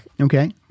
okay